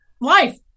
life